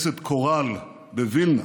שר התיירות וחבר הכנסת רחבעם זאבי גנדי,